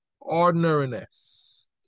ordinariness